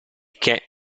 che